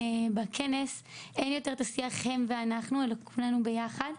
בכנס אין יותר את השיח הם ואנחנו אלא כולנו ביחד.